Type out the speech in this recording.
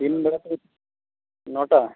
ᱫᱤᱱ ᱵᱮᱲᱟ ᱥᱮᱫ ᱱᱚᱴᱟ